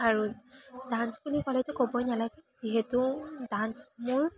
আৰু ডান্স বুলি ক'লেতো ক'বই নালাগে যিহেতু ডান্স মোৰ